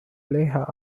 lehigh